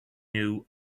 new